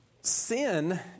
sin